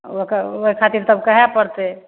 ओकर ओहि खातिर तब कहै पड़तै